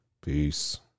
Peace